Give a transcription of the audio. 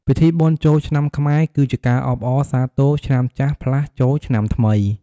ពិធីបុណ្យចូលឆ្នាំខ្មែរ គឺជាការអបអរសាទរ ឆ្នាំចាស់ ផ្លាស់ចូលឆ្នាំថ្មី។